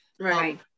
Right